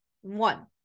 One